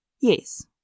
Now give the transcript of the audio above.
Yes